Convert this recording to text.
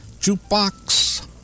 jukebox